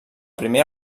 primer